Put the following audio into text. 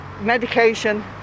medication